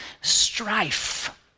strife